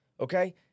okay